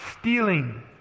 stealing